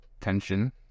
tension